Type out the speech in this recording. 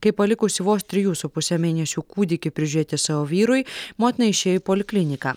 kai palikusi vos trijų su puse mėnesių kūdikį prižiūrėti savo vyrui motina išėjo į polikliniką